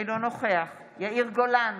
אינו נוכח יאיר גולן,